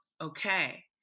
okay